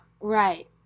Right